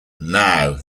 now